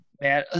man